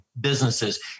businesses